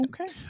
Okay